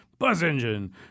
BuzzEngine